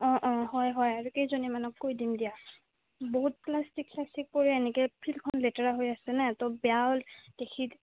অঁ অঁ হয় হয় আৰু কেইজনীমানক কৈ দিম দিয়া বহুত প্লাষ্টিক স্লাষ্টিক পৰি এনেকৈ ফিল্ডখন লেতেৰা হৈ আছে নে তো বেয়াও দেখি